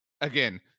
again